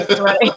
right